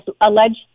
alleged